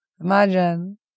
Imagine